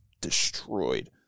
destroyed